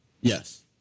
Yes